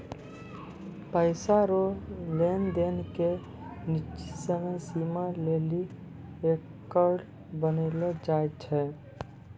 पैसा रो लेन देन के निश्चित समय सीमा लेली रेकर्ड बनैलो जाय छै